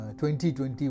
2020